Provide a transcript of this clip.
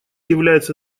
является